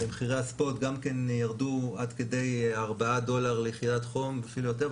במחירי הספוט גם כן ירדו עד כדי 4 דולר ליחידת חום ואפילו יותר.